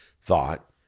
thought